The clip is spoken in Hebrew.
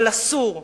אבל אסור,